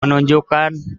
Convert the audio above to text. menunjukkan